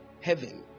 Heaven